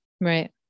Right